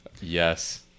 Yes